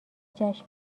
جشن